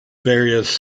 various